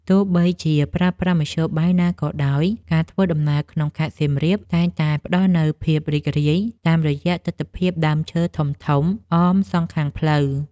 ទោះបីជាប្រើប្រាស់មធ្យោបាយណាក៏ដោយ ការធ្វើដំណើរក្នុងខេត្តសៀមរាបតែងតែផ្ដល់នូវភាពរីករាយ តាមរយៈទិដ្ឋភាពដើមឈើធំៗអមសងខាងផ្លូវ។